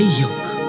yoke